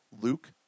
Luke